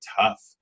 tough